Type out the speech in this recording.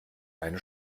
eine